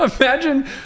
Imagine